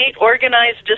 organized